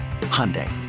Hyundai